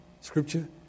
Scripture